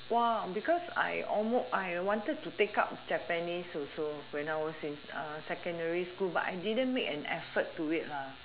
oh because I almost I wanted to take up japanese also when I was in uh secondary school but I didn't make an effort to it